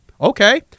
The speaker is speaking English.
Okay